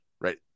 right